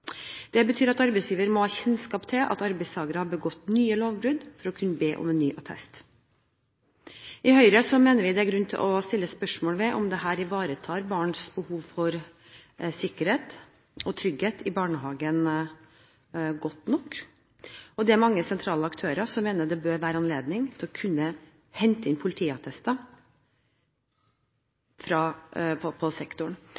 Det betyr at arbeidsgiver må ha kjennskap til at arbeidstaker har begått nye lovbrudd for å kunne be om en ny attest. I Høyre mener vi det er grunn til å stille spørsmål ved om dette ivaretar barns behov for sikkerhet og trygghet i barnehagen godt nok, og det er mange sentrale aktører som mener det bør være anledning til å kunne hente inn politiattester i sektoren.